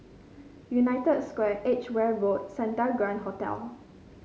United Square Edgeware Road and Santa Grand Hotel